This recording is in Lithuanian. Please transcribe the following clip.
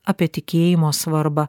apie tikėjimo svarbą